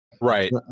Right